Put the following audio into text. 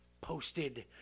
posted